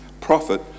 profit